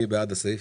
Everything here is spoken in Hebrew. מי בעד הסעיף?